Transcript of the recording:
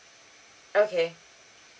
okay